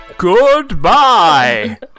goodbye